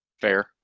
fair